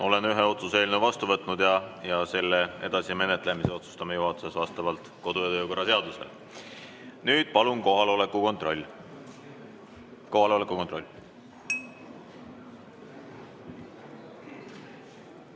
Olen ühe otsuse eelnõu vastu võtnud ja selle edasise menetlemise otsustame juhatuses vastavalt kodu‑ ja töökorra seadusele. Nüüd palun kohaloleku kontroll! Kohalolijaks